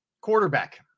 quarterback